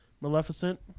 Maleficent